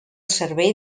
servei